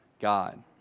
God